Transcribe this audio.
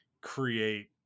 create